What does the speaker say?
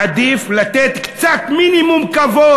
עדיף לתת מינימום כבוד.